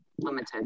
limited